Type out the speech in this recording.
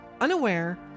unaware